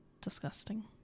Disgusting